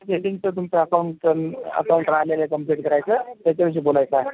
सेटिंगचं तुमच्या अकाऊंटचं अकाऊंट राहिलेलं आहे कंप्लीट करायचं त्याच्या विषयी बोलायचं आहे